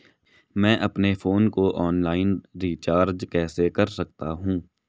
मैं अपने फोन को ऑनलाइन रीचार्ज कैसे कर सकता हूं?